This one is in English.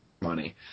money